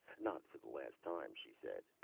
not for the last time, she said,